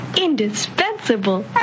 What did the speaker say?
indispensable